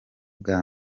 bwa